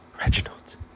Reginald